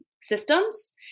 systems